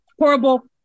horrible